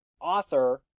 author